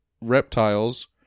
reptiles